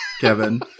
Kevin